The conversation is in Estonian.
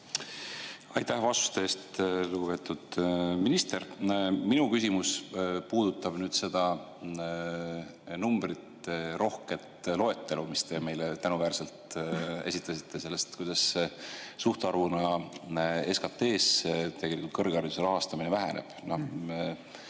Aitäh vastuste eest, lugupeetud minister! Minu küsimus puudutab seda numbriterohket loetelu, mis te meile tänuväärselt esitasite selle kohta, kuidas suhtarvuna SKT-sse kõrghariduse rahastamine